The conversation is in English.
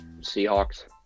Seahawks